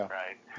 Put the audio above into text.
right